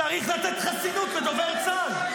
צריך לתת חסינות לדובר צה"ל.